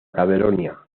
caledonia